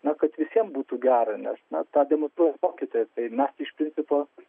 na kad visiem būtų gera nes na tą demonstruoja mokytojas mes iš principo